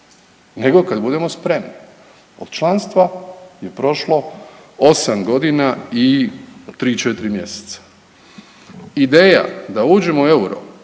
nego kad budemo spremni. Od članstva je prošlo osam godina i tri, četiri mjeseca. Ideja da uđemo u euro